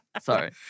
Sorry